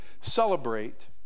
celebrate